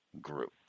group